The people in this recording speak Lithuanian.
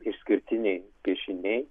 išskirtiniai piešiniai